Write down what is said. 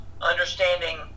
understanding